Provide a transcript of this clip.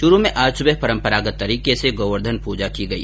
चूरू में आज सुबह परम्परागत तरीके से गोवर्धन पूजा की गई